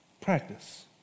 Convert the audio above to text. Practice